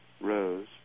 rose